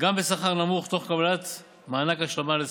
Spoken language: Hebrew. גם בשכר נמוך תוך קבלת מענק השלמה לשכר,